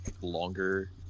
longer